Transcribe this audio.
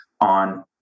on